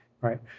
right